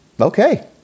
okay